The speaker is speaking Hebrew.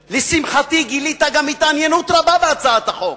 לשמחתי, גילית גם התעניינות רבה בהצעת החוק,